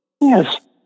Yes